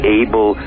able